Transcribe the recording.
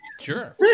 Sure